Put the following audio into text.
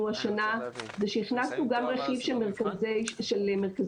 השנה זה שהכנסנו גם רכיב של מרכזי הערכה.